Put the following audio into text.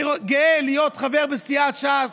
אני גאה להיות חבר בסיעת ש"ס,